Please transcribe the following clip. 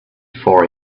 for